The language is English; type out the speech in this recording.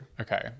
okay